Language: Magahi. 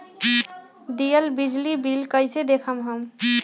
दियल बिजली बिल कइसे देखम हम?